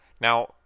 now